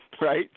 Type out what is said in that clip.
right